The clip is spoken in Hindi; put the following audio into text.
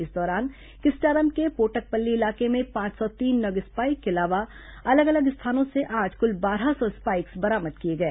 इस दौरान किस्टारम के पोटकपल्ली इलाके में पांच सौ तीन नग स्पाइक के अलावा अलग अलग स्थानों से आज कुल बारह सौ स्पाइक्स बरामद किए गए